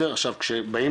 עכשיו, כשבאים